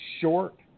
short